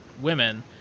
women